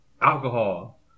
alcohol